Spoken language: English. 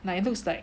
like it looks like